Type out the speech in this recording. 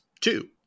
Two